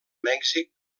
mèxic